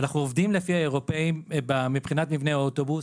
ואנחנו עובדים לפי האירופאים מבחינת מבנה האוטובוס.